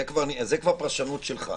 זה כבר פרשנות שלך.